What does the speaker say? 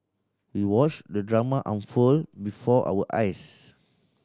we watched the drama unfold before our eyes